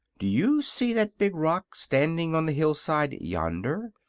do you see that big rock standing on the hillside yonder?